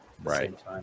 Right